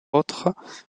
autres